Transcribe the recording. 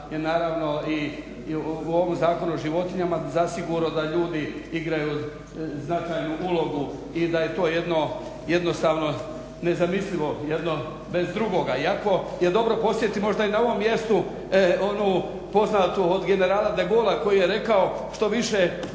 je naravno i u ovom Zakonu o životinjama zasigurno da ljudi igraju značajnu ulogu i da je to jednostavno nezamislivo jedno bez drugoga iako je dobro podsjetiti možda i na ovom mjestu onu poznatu od generala De Gaullea koji je rekao što više